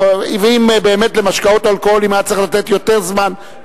ואם באמת למשקאות אלכוהוליים היה צריך לתת יותר זמן,